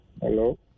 Hello